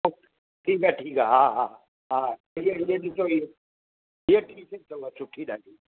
ठीकु आहे ठीकु आहे हा हा हा हीअ हीअ ॾिसो हीअ हीअ टीशेट अथव सुठी ॾाढी